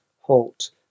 halt